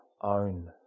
own